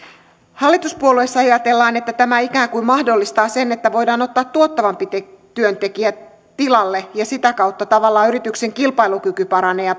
hallituspuolueissa ajatellaan että tämä ikään kuin mahdollistaa sen että voidaan ottaa tuottavampi työntekijä tilalle ja sitä kautta tavallaan yrityksen kilpailukyky paranee ja